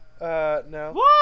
no